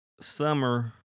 summer